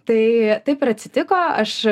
tai taip ir atsitiko aš